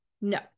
no